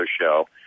show